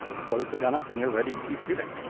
close the gun up and you're ready to keep shooting.